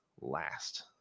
last